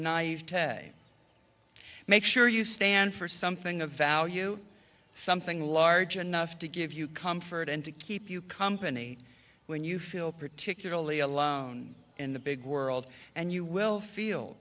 ten make sure you stand for something of value something large enough to give you comfort and to keep you company when you feel particularly a lot in the big world and you will feel